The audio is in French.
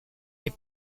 les